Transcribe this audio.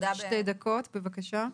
שתי דקות, בבקשה.